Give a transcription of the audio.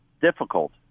difficult